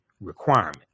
requirement